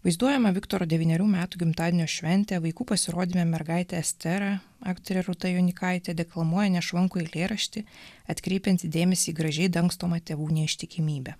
vaizduojama viktoro devynerių metų gimtadienio šventė vaikų pasirodyme mergaitė estera aktorė rūta jonykaitė deklamuoja nešvankų eilėraštį atkreipiantį dėmesį į gražiai dangstomą tėvų neištikimybę